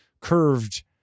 curved